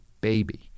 baby